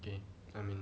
okay I mean